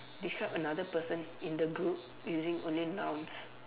describe another person in the group using only nouns